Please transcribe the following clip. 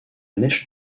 neige